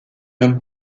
homme